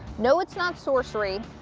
no it's not sorcery.